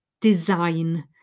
design